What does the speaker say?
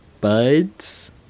buds